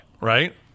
right